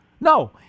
No